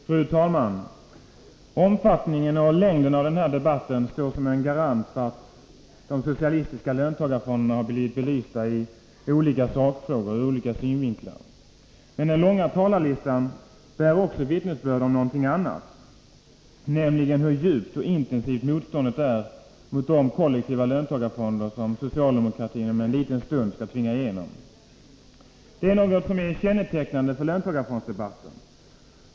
Fru talman! Omfattningen och längden av den här debatten står som en garant för att de socialistiska löntagarfonderna har blivit belysta i olika sakfrågor och ur olika synvinklar. Men den långa talarlistan bär också vittnesbörd om någonting annat, nämligen hur djupt och intensivt motståndet är mot de kollektiva löntagarfonder som socialdemokratin om en liten stund skall tvinga igenom. Det är något som är kännetecknande för löntagarfondsdebatten.